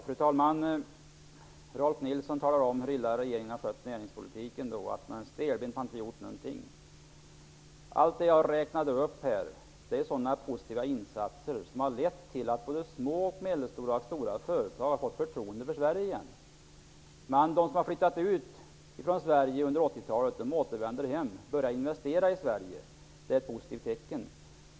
Fru talman! Rolf Nilson talar om hur illa regeringen har skött näringspolitiken, att man stelbent inte gjort någonting. Allt det jag räknade upp här är positiva insatser som lett till att både små och medelstora och stora företag har fått förtroende för Sverige. De som flyttade ut från Sverige under 80-talet återvänder nu och börjar investera i Sverige. Det är ett positivt tecken.